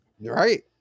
Right